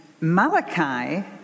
Malachi